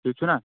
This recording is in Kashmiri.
ٹھیٖک چھُنا